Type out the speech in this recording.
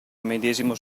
medesimo